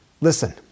Listen